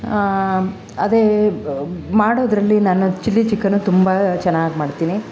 ಅದೇ ಮಾಡೋದ್ರಲ್ಲಿ ನಾನು ಚಿಲ್ಲಿ ಚಿಕನ್ ತುಂಬ ಚೆನ್ನಾಗಿ ಮಾಡ್ತೀನಿ